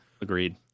Agreed